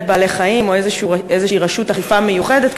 בעלי-חיים או איזושהי רשות אכיפה מיוחדת,